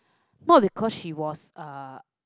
not because she was uh